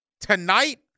Tonight